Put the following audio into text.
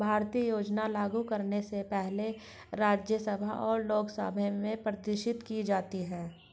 भारतीय योजनाएं लागू करने से पहले राज्यसभा लोकसभा में प्रदर्शित की जाती है